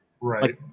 Right